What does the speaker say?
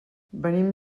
venim